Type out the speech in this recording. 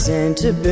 Santa